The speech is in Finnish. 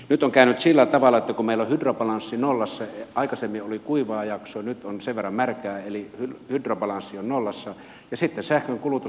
nyt on käynyt sillä tavalla että meillä on hydrobalanssi nollassa aikaisemmin oli kuivaa jaksoa nyt on sen verran märkää että hydrobalanssi on nollassa ja sitten sähkön kulutus